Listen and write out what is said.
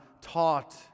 taught